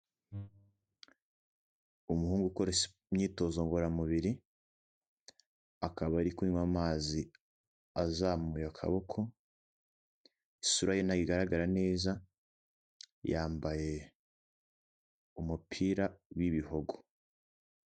Umuhungu ukora imyitozo ngororamubiri, akaba ari kunywa amazi azamuye akaboko, isura yo ntabwo igaragara neza, yambaye umupira w'ibihogo.